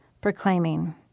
proclaiming